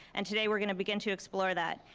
and today, we're gonna begin to explore that.